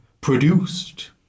produced